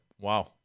Wow